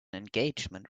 engagement